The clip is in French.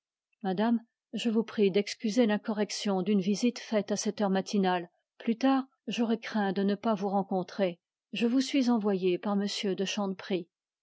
madame je vous prie d'excuser l'incorrection d'une visite faite à cette heure matinale plus tard j'aurais craint de ne pas vous rencontrer je vous suis envoyé par m de